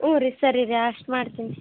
ಹ್ಞೂ ರೀ ಸರಿ ರೀ ಅಷ್ಟು ಮಾಡ್ತೀನಿ